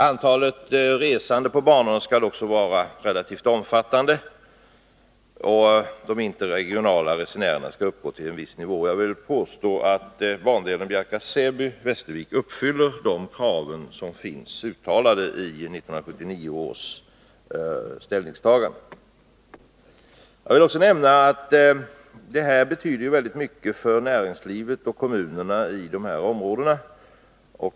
Antalet resande på banorna skall också vara relativt omfattande, och antalet interregionala resenärer skall uppgå till en viss nivå. Jag vill påstå att bandelen Bjärka/Säby-Västervik uppfyller de krav som finns uttalade i 1979 års beslut. Jag vill nämna att detta har stor betydelse för näringslivet och kommunerna i de berörda områdena.